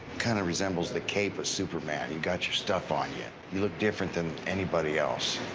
kind of resembles the cape of superman. you've got your stuff on you. you look different than anybody else.